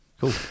Cool